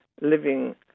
living